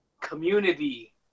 community